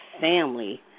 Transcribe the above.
family